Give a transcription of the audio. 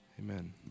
Amen